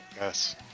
Yes